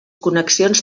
connexions